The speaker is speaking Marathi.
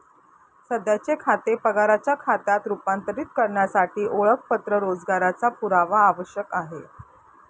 सध्याचे खाते पगाराच्या खात्यात रूपांतरित करण्यासाठी ओळखपत्र रोजगाराचा पुरावा आवश्यक आहे